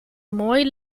mooi